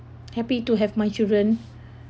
happy to have my children